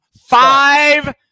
Five